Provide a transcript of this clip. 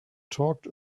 talked